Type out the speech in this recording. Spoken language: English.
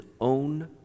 own